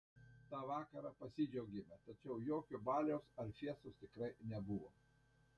tą vakarą pasidžiaugėme tačiau jokio baliaus ar fiestos tikrai nebuvo